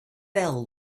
fell